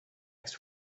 next